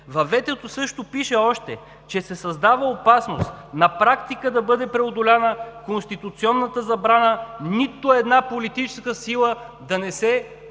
Във ветото пише още, че се създава опасност на практика да бъде преодоляна конституционната забрана нито една политическа сила да не се